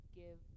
give